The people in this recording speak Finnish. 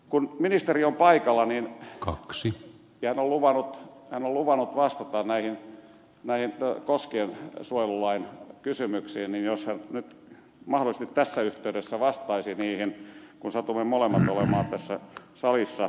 kun ministeri on paikalla ja hän on luvannut vastata näihin koskiensuojelulain kysymyksiin niin jos hän nyt mahdollisesti tässä yhteydessä vastaisi niihin kun satumme molemmat olemaan tässä salissa